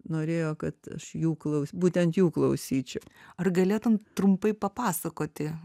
norėjo kad aš jų klaus būtent jų klausyčiau ar galėtum trumpai papasakoti